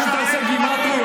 גם אם תעשה גימטריות,